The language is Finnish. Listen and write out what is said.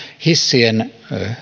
hissien